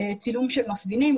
צילום של מפגינים,